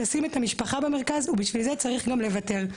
לשים את המשפחה במרכז ובשביל זה צריך גם לוותר.